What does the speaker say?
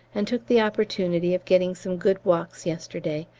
and took the opportunity of getting some good walks yesterday,